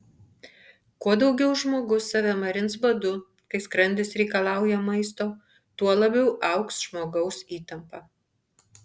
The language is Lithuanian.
kuo daugiau žmogus save marins badu kai skrandis reikalauja maisto tuo labiau augs žmogaus įtampa